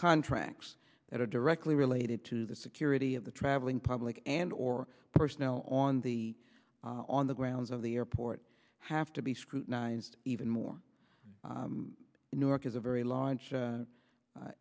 contracts that are directly related to the security of the traveling public and or personnel on the on the grounds of the airport have to be scrutinized even more in new york is a very la